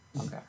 Okay